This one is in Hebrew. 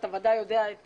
אתה ודאי יודע את